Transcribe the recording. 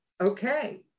okay